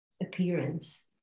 appearance